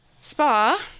spa